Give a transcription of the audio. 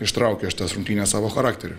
ištraukė šitas rungtynes savo charakteriu